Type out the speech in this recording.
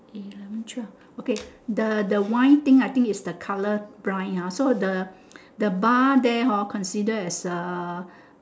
eleven twelve okay the the wine thing I think it's the colour brine ah so the the bar there hor consider as a